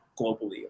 globally